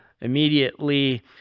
immediately